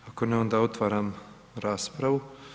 Ako ne, onda otvaram raspravu.